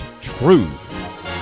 Truth